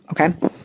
okay